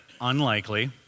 Unlikely